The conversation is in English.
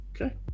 Okay